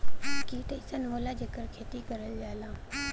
कीट अइसन होला जेकर खेती करल जाला